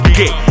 get